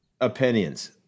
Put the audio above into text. opinions